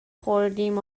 ﮔﺮﮔﺎﻥ